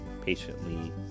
patiently